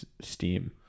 Steam